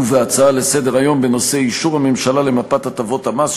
בהצעות לסדר-היום בנושא: אישור הממשלה למפת הטבות המס,